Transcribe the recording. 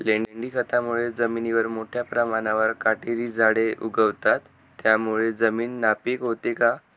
लेंडी खतामुळे जमिनीवर मोठ्या प्रमाणावर काटेरी झाडे उगवतात, त्यामुळे जमीन नापीक होते का?